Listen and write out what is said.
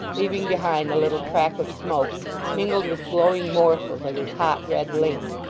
leaving behind a little track of smoke mingled with glowing morsels of his hot red link.